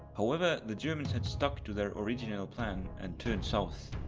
however, the germans had stuck to their original plan and turned south.